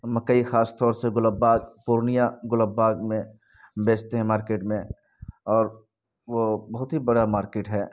اور مکئی خاص طور سے گلب باغ پورنیہ گلب باغ میں بیچتے ہیں مارکیٹ میں اور وہ بہت ہی بڑا مارکیٹ ہے